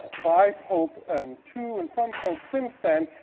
by pope, and to and from pope since then.